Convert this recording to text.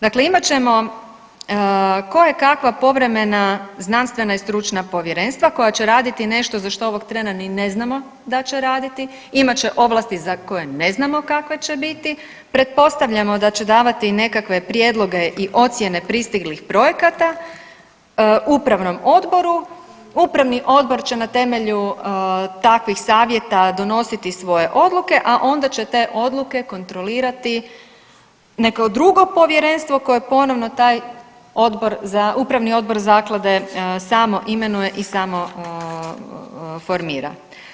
Dakle, imat ćemo koje kakva povremena znanstvena i stručna povjerenstva koja će raditi nešto za što ovog trena ni ne znamo da će raditi, imat će ovlasti za koje ne znamo kakve će biti, pretpostavljamo da će davati nekakve prijedloge i ocjene pristiglih projekata upravnom odboru, upravni odbor će na temelju takvih savjeta donositi svoje odluke, a onda će te odluke kontrolirati neko drugo povjerenstvo koje ponovno taj odbor, upravni odbor zaklade samo imenuje i samo formira.